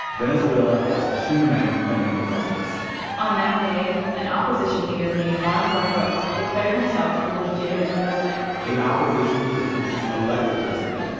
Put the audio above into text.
venezuela has two men claiming the presidency on that day, an opposition leader named juan guaido declared himself the legitimate president in opposition to the country's elected president,